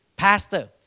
pastor